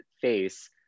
face